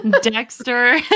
Dexter